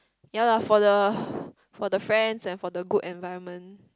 ya lah for the for the friends and for the good environment